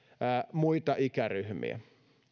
muita ikäryhmiä